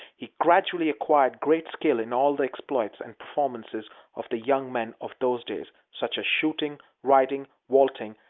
he gradually acquired great skill in all the exploits and performances of the young men of those days, such as shooting, riding, vaulting,